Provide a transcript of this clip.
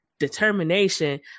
determination